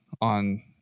on